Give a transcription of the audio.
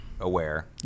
aware